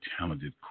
talented